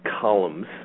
columns